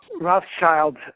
Rothschild